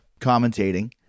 commentating